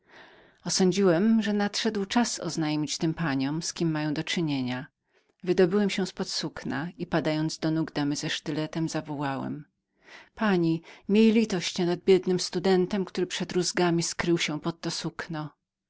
osądziłem że nadszedł czas oznajmienia tym paniom z kim miały do czynienia wydobyłem się z pod sukna i padając do nóg drugiej damy zawołałem pani miej litość nad biednym studentem który przed rózgami skrył się pod to sukno